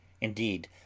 Indeed